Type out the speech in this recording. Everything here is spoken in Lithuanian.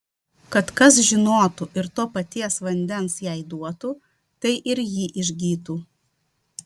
kad kas žinotų ir to paties vandens jai duotų tai ir ji išgytų